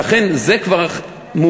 לכן זה כבר מעודכן.